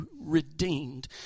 redeemed